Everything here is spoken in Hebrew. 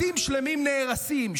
בתים שלמים נהרסים,